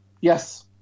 Yes